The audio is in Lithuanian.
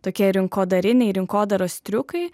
tokie rinkodariniai rinkodaros triukai